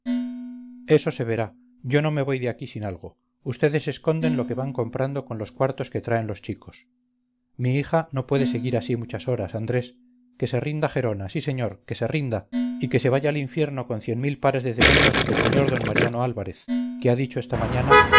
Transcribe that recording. se verá yo no me voy de aquí sin algo ustedes esconden lo que van comprando con los cuartos que traen los chicos mi hija no puede seguir así muchas horas andrés que se rinda gerona sí señor que se rinda y que se vaya al infierno con cien mil pares de demonios el sr d mariano álvarez que ha dicho esta mañana